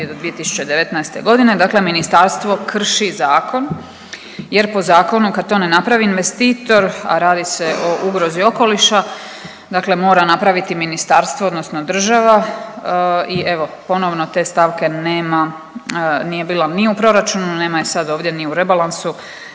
do 2019.g., dakle ministarstvo krši zakon jer po zakonu kad to ne napravi investitor, a radi se o ugrozi okoliša mora napraviti ministarstvo odnosno država i evo ponovno te stavke nema, nije bila ni u proračunu, nema je sad ovdje ni u rebalansu